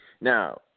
Now